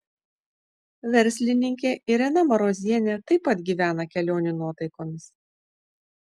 verslininkė irena marozienė taip pat gyvena kelionių nuotaikomis